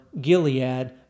Gilead